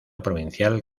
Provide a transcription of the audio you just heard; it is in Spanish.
provincial